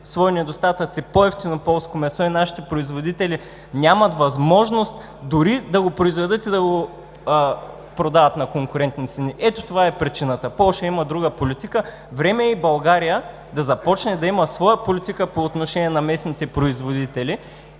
свои недостатъци, по-евтино полско месо и нашите производители нямат възможност дори да го произведат, и да го продават на конкурентни цени. Ето това е причината: Полша има друга политика. Време е и България да започне да има своя политика по отношение на местните производители.